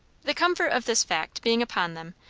the comfort of this fact being upon them,